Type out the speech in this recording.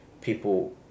people